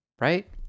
right